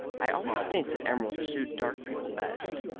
i always think that emeralds suit dark people best.